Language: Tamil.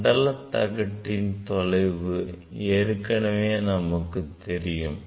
மண்டல தகட்டின் தொலைவு ஏற்கனவே நமக்கு தெரியும்